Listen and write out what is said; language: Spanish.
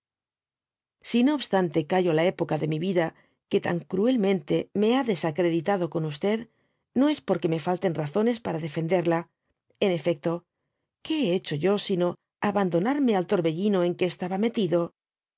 si no obstante callo la época de mi vida que tan cruelmente me ha desacreditado con no es porque me iten razones para defenderla en efecto qué he hecho yo sino abandonarme al torbellino en que estaba metido